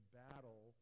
battle